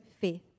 faith